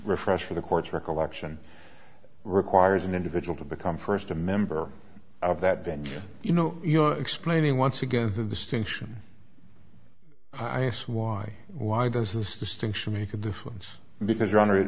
refresh for the court's recollection requires an individual to become first a member of that venue you know you're explaining once again the distinction ice why why does this distinction make a difference because your honor